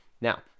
Now